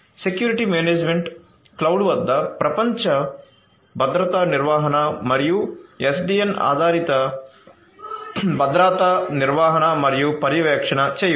security management cloud వద్ద ప్రపంచ భద్రతా నిర్వహణ మరియు ఎస్డిఎన్ ఆధారిత భద్రతా నిర్వహణ మరియు పర్యవేక్షణ చేయవచ్చు